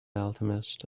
alchemist